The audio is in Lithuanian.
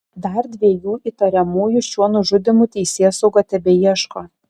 dar dviejų įtariamųjų šiuo nužudymu teisėsauga tebeieško